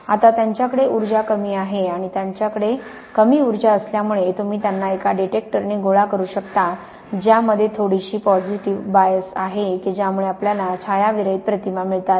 आता त्यांच्याकडे कमी ऊर्जा आहे आणि त्यांच्याकडे कमी उर्जा असल्यामुळे तुम्ही त्यांना एका डिटेक्टरने गोळा करू शकता ज्यामध्ये थोडाशी पॉसिटीव्ह बायस आहे की ज्यामुळे आपल्याला छायाविरहित प्रतिमा मिळतात